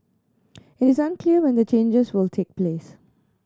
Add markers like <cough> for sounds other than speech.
<noise> it is unclear when the changes will take place